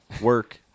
Work